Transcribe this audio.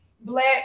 black